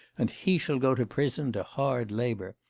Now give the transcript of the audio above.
and he shall go to prison, to hard labour!